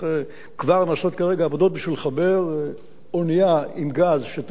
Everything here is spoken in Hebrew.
כרגע עבודות בשביל לחבר אונייה עם גז שתגיע בנובמבר,